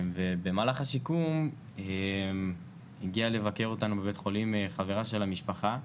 ובמהלך השיקום הגיעה לבקר אותנו בבית החולים חברה של המשפחה,